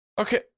okay